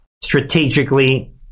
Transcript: strategically